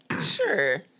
Sure